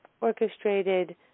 orchestrated